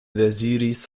deziris